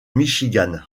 michigan